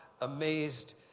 amazed